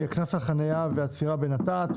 שזה קנס על חנייה ועצירה בנת"צ,